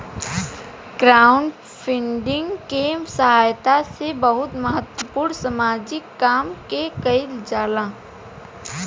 crowdfunding के सहायता से बहुत महत्वपूर्ण सामाजिक काम के कईल जाला